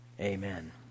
Amen